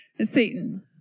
Satan